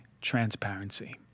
transparency